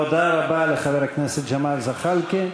תודה רבה לחבר הכנסת ג'מאל זחאלקה.